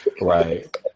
Right